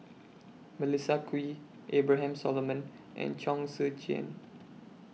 Melissa Kwee Abraham Solomon and Chong Tze Chien